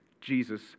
Jesus